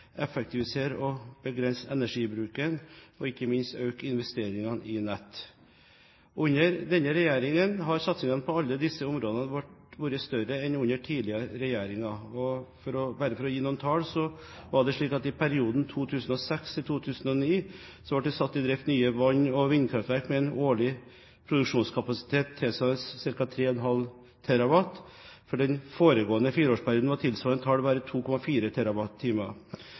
effektivisere og begrense energibruken og ikke minst øke investeringene i nett. Under denne regjeringen har satsingen på alle disse områdene vært større enn under tidligere regjeringer. Bare for å gi noen tall: I perioden 2006–2009 ble det satt i drift nye vann- og vindkraftverk med en årlig produksjonskapasitet tilsvarende 3,5 TWh. For den foregående fireårsperioden var tilsvarende tall bare 2,4